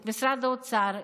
את משרד האוצר,